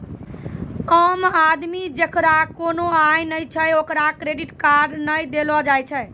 आम आदमी जेकरा कोनो आय नै छै ओकरा क्रेडिट कार्ड नै देलो जाय छै